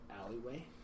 alleyway